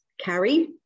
carrie